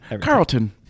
Carlton